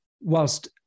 whilst